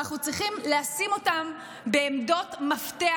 ואנחנו צריכים לשים אותם בעמדות מפתח